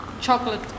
chocolate